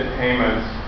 payments